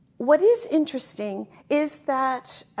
what is interesting is that,